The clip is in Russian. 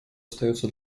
остается